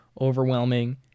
overwhelming